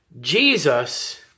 Jesus